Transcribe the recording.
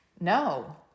no